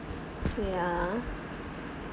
wait ah